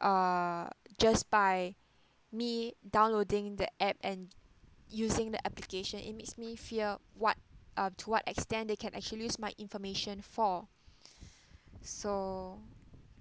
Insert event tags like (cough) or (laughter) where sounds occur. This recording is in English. uh just by me downloading the app and using the application it makes me fear what um to what extent they can actually use my information for (breath) so